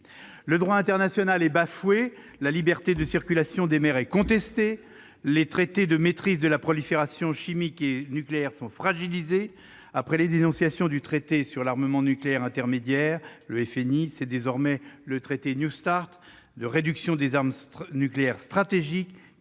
Le droit international est bafoué, la liberté de circulation des mers est contestée, les traités de maîtrise de la prolifération chimique et nucléaire sont fragilisés. Après la dénonciation du traité sur l'armement nucléaire intermédiaire, le traité FNI, c'est désormais le traité New Start de réduction des armes nucléaires stratégiques